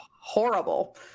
horrible